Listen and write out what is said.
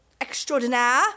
extraordinaire